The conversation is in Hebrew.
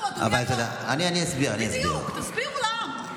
תסביר לנו, אדוני היו"ר, תסבירו לעם.